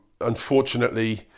unfortunately